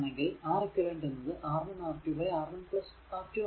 R eq R1 R2 R1 R2 ആണല്ലോ